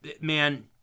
man